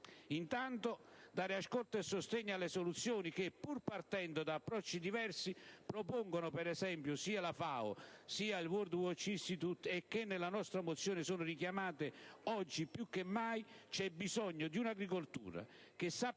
Intanto dare ascolto e sostegno alle soluzioni che, pur partendo da approcci diversi, propongono, per esempio, sia la FAO sia il *World Watch Institute* e che nella nostra mozione sono richiamate: oggi più che mai c'è bisogno di un'agricoltura che